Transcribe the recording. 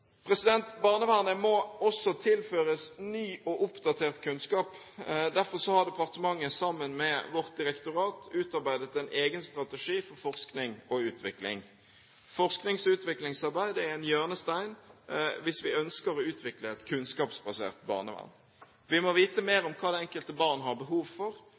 Barnevernet må også tilføres ny og oppdatert kunnskap. Derfor har departementet sammen med vårt direktorat utarbeidet en egen strategi for forskning og utvikling. Forsknings- og utviklingsarbeid er en hjørnestein hvis vi ønsker å utvikle et kunnskapsbasert barnevern. Vi må vite mer om hva det enkelte barn har behov for,